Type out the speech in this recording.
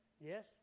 yes